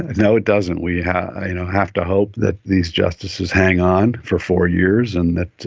and you know it doesn't. we have have to hope that these justices hang on for four years and that